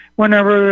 whenever